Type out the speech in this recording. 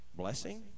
blessing